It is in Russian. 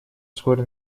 вскоре